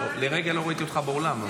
לרגע לא ראיתי אותך באולם.